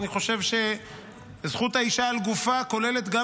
ואני חושב שזכות האישה על גופה כוללת גם